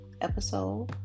Episode